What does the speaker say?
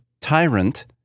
tyrant